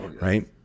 right